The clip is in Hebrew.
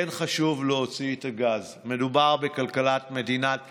כן חשוב להוציא את הגז, מדובר בכלכלת מדינת ישראל,